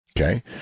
Okay